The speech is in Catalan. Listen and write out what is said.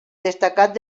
destacat